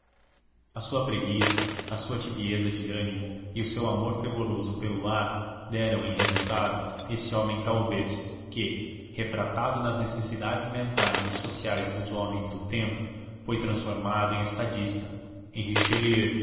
a sua preguiça a sua tibieza de ânimo e o seu amor fervoroso pelo lar deram em resultado esse homem talvez que refratado nas necessidades mentais e sociais dos homens do tempo foi transformado em estadista em richelieu